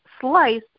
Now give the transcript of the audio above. slice